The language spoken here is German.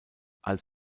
als